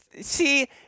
see